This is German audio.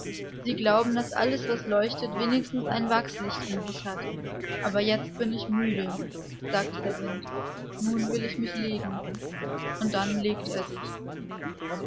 sie glauben daß alles was leuchtet wenigstens ein wachslicht in sich hat aber jetzt bin ich müde sagte der wind nun will ich mich legen und dann legte er sich